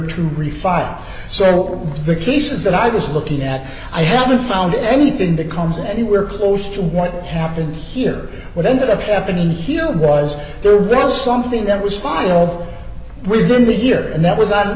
to refile so will the cases that i was looking at i haven't found anything that comes anywhere close to what happened here what ended up happening here was there was something that was final within that year and that was on